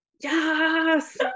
Yes